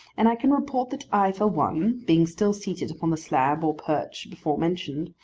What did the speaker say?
and i can report that i, for one, being still seated upon the slab or perch before mentioned,